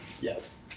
Yes